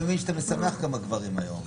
אני מבין שאתה משמח כמה גברים היום.